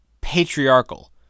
patriarchal